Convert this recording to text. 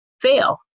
fail